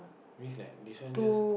means like this one just